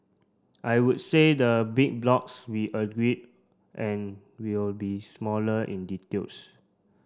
I would say the big blocks we agreed and we'll be smaller in details